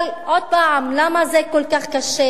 אבל עוד פעם, למה זה כל כך קשה